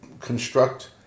construct